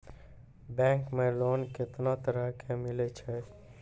Bank मे loan कैतना तरह के मिलै छै?